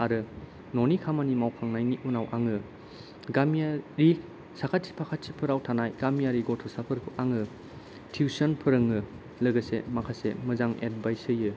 आरो न'नि खामानि मावखांनायनि उनाव आङो गामियारि साखाथि फाखाथिफोराव थानाय गामियारि गथ'साफोरखौ आङो तिउसन फोरोङो लोगोसे माखासे मोजां एदभायस होयो